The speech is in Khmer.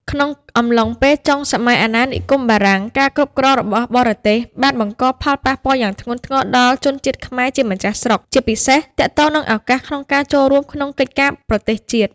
ក្នុងអំឡុងពេលចុងសម័យអាណានិគមបារាំង ការគ្រប់គ្រងរបស់បរទេសបានបង្កផលប៉ះពាល់យ៉ាងធ្ងន់ធ្ងរដល់ជនជាតិខ្មែរជាម្ចាស់ស្រុក ជាពិសេសទាក់ទងនឹងឱកាសក្នុងការចូលរួមក្នុងកិច្ចការប្រទេសជាតិ។